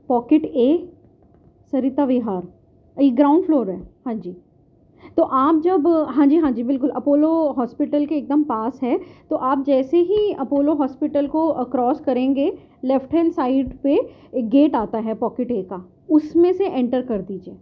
pocket A Sarita Vihar E ground floor ہے ہاں جی تو آپ جب ہاں جی ہاں جی بالکل اپولو ہاسپٹل کے ایک دم پاس ہے تو آپ جیسے ہی اپولو ہاسپٹل کو کراس کریں گے لیفٹ ہینڈ سائیڈ پہ ایک گیٹ آتا ہے پاکٹ اے کا اس میں سے انٹر کر دیجیے